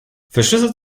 verschlüsselt